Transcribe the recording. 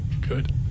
Good